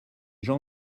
gens